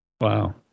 wow